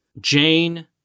Jane